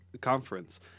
conference